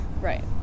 right